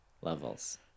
Levels